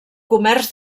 comerç